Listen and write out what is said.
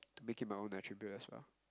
make it my own attribute as well